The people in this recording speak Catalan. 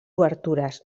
obertures